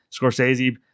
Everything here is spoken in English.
Scorsese